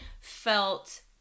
felt